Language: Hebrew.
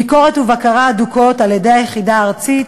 ביקורת ובקרה הדוקות על-ידי היחידה הארצית.